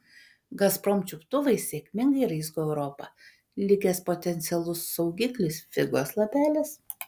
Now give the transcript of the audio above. gazprom čiuptuvai sėkmingai raizgo europą likęs potencialus saugiklis figos lapelis